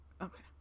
Okay